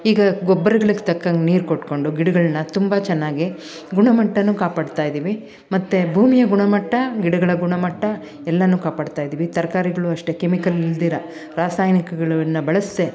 ಈಗ ಗೊಬ್ರಗಳಿಗೆ ತಕ್ಕಂಗೆ ನೀರು ಕೊಟ್ಕೊಂಡು ಗಿಡಗಳನ್ನ ತುಂಬ ಚೆನ್ನಾಗಿ ಗುಣಮಟ್ಟನು ಕಾಪಾಡ್ತಾಯಿದ್ದೀವಿ ಮತ್ತು ಭೂಮಿಯ ಗುಣಮಟ್ಟ ಗಿಡಗಳ ಗುಣಮಟ್ಟ ಎಲ್ಲಾನು ಕಾಪಾಡ್ತಾಯಿದ್ದೀವಿ ತರಕಾರಿಗಳೂ ಅಷ್ಟೇ ಕೆಮಿಕಲಿಲ್ದಿರ ರಾಸಾಯನಿಕಗಳನ್ನ ಬಳಸದೆ